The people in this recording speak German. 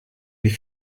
die